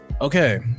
okay